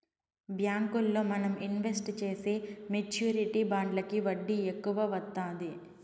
బ్యాంకుల్లో మనం ఇన్వెస్ట్ చేసే మెచ్యూరిటీ బాండ్లకి వడ్డీ ఎక్కువ వత్తాది